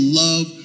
love